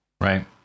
right